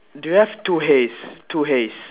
do you have two hays two hays